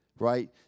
Right